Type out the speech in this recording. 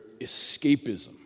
escapism